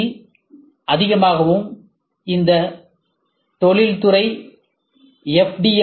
S ல் அதிகமாகவும் இந்த தொழில்துறை எஃப்